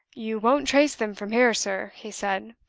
you won't trace them from here, sir, he said,